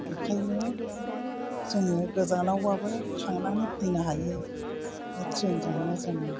बेखायनो जोङो गोजानावबाबो थांनानै फैनो हायो बे ट्रेनजोंनो जोङो